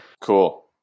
Cool